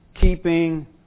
keeping